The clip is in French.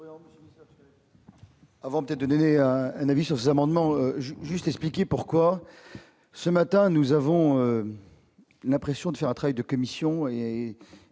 peut-être, donner un avis sur amendement j'juste expliquer pourquoi ce matin nous avons l'impression de faire un travail de commissions et